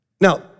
Now